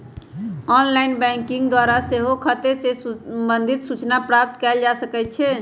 online banking द्वारा सेहो खते से संबंधित सूचना प्राप्त कएल जा सकइ छै